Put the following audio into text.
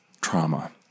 trauma